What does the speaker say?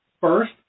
First